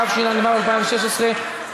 התשע"ו 2016,